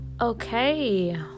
Okay